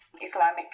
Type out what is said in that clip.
islamic